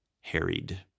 harried